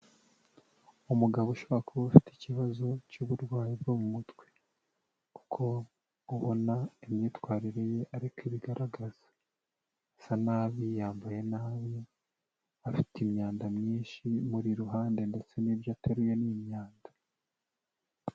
Umugabo ushobora kuba ufite ikibazo cy'uburwayi bwo mu mutwe, kuko ubona ko imyitwarire ye ariko ibigaragaza, asa nabi, yambaye nabi, afite imyanda myinshi imuri iruhande, ndetse n'ibyo ateruye ni imyanda.